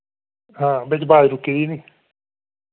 हां बिच्च अवाज रुकी गेदी नी